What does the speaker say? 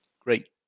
Great